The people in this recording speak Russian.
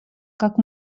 как